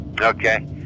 Okay